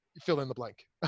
fill-in-the-blank